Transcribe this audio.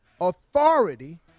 authority